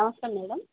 నమస్తే మేడం